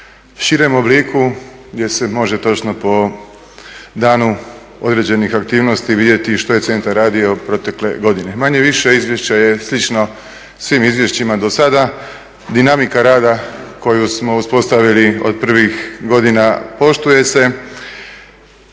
širem obliku gdje se može točno po danu određenih aktivnosti vidjeti što je centar radio protekle godine. Manje-više izvješće je slično svim izvješćima do sada. Dinamika rada koju smo uspostavili od prvih godina poštuje se.